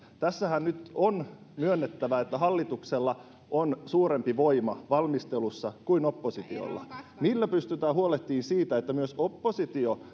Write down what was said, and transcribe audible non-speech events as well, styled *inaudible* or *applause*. tässähän nyt on myönnettävä että hallituksella on suurempi voima valmistelussa kuin oppositiolla millä pystytään huolehtimaan siitä että myös oppositio *unintelligible*